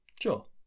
Sure